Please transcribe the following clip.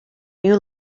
new